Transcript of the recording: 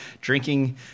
Drinking